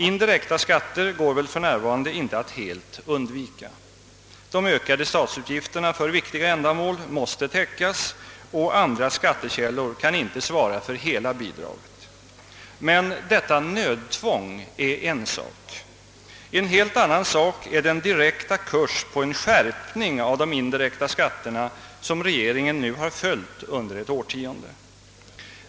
Indirekta skatter går väl för närvarande inte att helt undvika. De ökade statsutgifterna för viktiga ändamål måste täckas och andra skattekällor kan inte svara för hela bidraget. Men detta nödtvång är en sak — en helt annan sak är den direkta kurs på en skärpning av de indirekta skatterna som regeringen nu följt under ett årtionde.